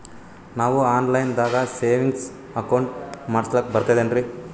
ನಾವು online ದಾಗ savings account ಮಾಡಸ್ಲಾಕ ಬರ್ತದೇನ್ರಿ?